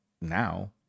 now